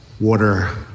water